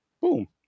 Boom